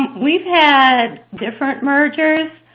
we've had different mergers.